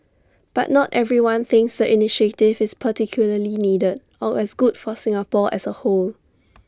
but not everyone thinks the initiative is particularly needed or as good for Singapore as A whole